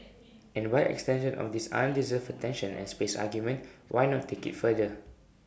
and by extension of this undeserved attention and space argument why not take IT further